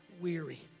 weary